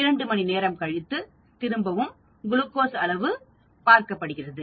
இரண்டு மணி நேரம் கழித்து திரும்பவும் குளுக்கோஸ் அளவு பார்க்கப்படுகிறது